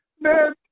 Man